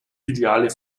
filiale